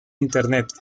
internet